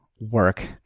work